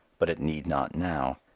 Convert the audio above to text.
but it need not now.